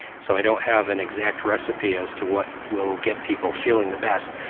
so i don't have an exact recipe as to what will get people feeling the best.